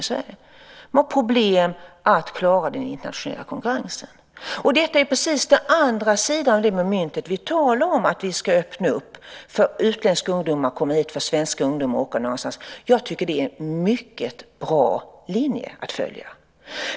De har problem med att klara den internationella konkurrensen. Detta är just den andra sida av myntet som vi talar om. Vi talar ju om att öppna upp för utländska ungdomar att komma hit och för svenska ungdomar att åka någon annanstans. Jag tycker att det är en mycket bra linje att följa.